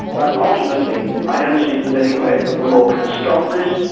but ultimately i don't see there's any way that the law can stop this,